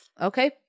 Okay